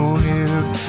weird